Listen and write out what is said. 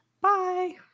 Bye